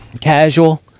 casual